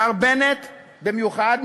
לשר בנט במיוחד,